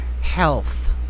health